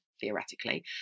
theoretically